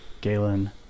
Galen